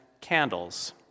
candles